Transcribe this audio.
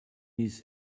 his